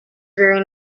very